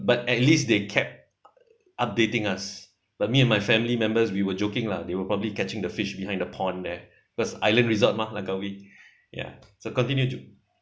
but at least they kept updating us but me and my family members we were joking lah they will probably catching the fish behind the pond there because island resort mah langkawi ya so continue to